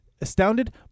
astounded